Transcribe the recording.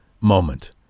moment